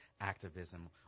activism